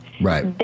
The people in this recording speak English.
Right